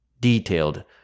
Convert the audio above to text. detailed